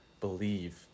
believe